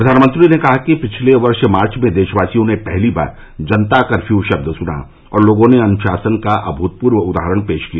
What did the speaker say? प्रधानमंत्री ने कहा कि पिछले वर्ष मार्च में देशवासियों ने पहली बार जनता कर्फ्यू शब्द सुना और लोगों ने अनुशासन का अभूतपूर्व उदाहरण पेश किया